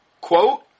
Quote